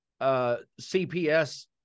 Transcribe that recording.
CPS